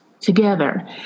together